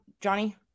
Johnny